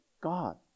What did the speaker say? God